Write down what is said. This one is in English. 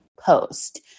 post